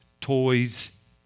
toys